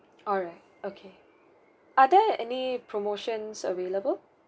alright okay are there any promotions available